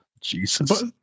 Jesus